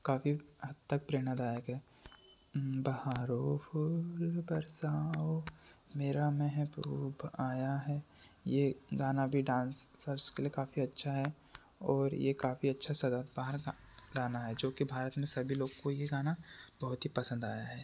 कभी हद तक प्रेरणादायक है बहारों फूल बरसाओ मेरा महबूब आया है ये गाना भी डांसर्स के लिए काफ़ी अच्छा है और ये काफ़ी अच्छा सदाबहार का गाना है जो कि भारत में सभी लोग को ये गाना बहुत ही पसंद आया है